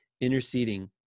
interceding